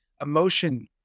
emotion